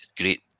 Great